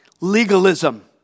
legalism